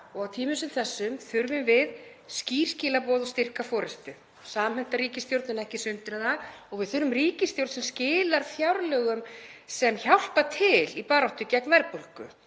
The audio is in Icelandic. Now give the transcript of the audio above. Á tímum sem þessum þurfum við skýr skilaboð og styrka forystu; samhenta ríkisstjórn en ekki sundraða og við þurfum ríkisstjórn sem skilar fjárlögum sem hjálpa til í baráttu gegn verðbólgu.